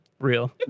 real